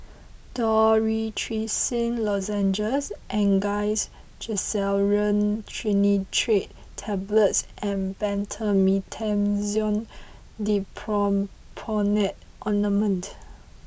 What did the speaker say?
Dorithricin Lozenges Angised Glyceryl Trinitrate Tablets and Betamethasone Dipropionate Ointment